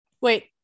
Wait